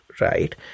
right